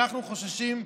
אנחנו חוששים,